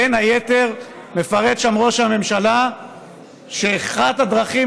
בין היתר מפרט שם ראש הממשלה שאחת הדרכים